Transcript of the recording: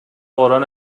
قرآن